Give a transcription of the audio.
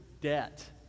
debt